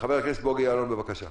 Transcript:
חבר הכנסת בוגי יעלון, בבקשה.